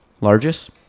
Largest